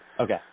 Okay